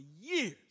years